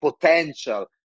potential